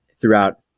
throughout